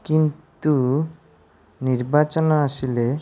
କିନ୍ତୁ ନିର୍ବାଚନ ଆସିଲେ